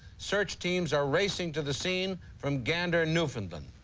search teams are racing to the scene from gander, newfoundland.